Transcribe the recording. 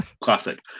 Classic